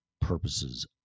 purposes